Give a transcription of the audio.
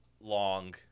long